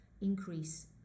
increase